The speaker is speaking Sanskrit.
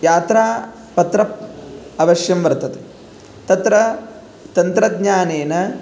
यत्रापत्रम् अवश्यं वर्तते तत्र तन्त्रज्ञानेन